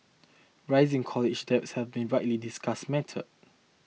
rising college debt has been a widely discussed matter